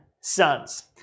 Sons